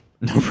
No